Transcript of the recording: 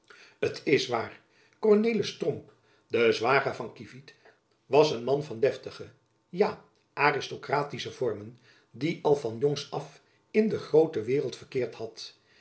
t is waar kornelis tromp de zwager van kievit was een man van deftige ja aristokratische vormen die al van jongs af in de groote waereld verkeerd had